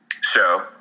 show